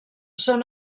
són